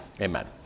amen